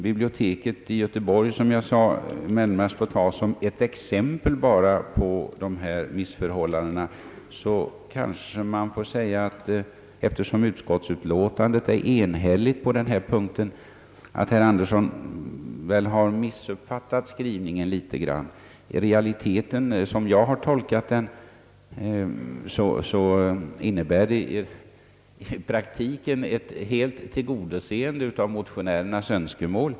Biblioteket i Göteborg får närmast, som jag tidigare har sagt, tas som ett exempel på dessa missförhållanden, Eftersom utskottsutlåtandet är enhälligt på den punkten kanske man får säga, att herr Andersson har missuppfattat skrivningen en smula. Som jag har tolkat skrivningen så innebär den i realiteten ett fullständigt tillgodoseende av motionärernas önskemål.